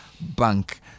Bank